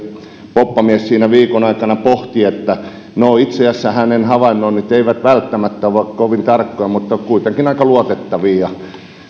poppamies siinä viikon aikana pohti että no itse asiassa hänen havainnointinsa eivät välttämättä ole kovin tarkkoja mutta kuitenkin aika luotettavia